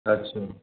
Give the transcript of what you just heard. अच्छा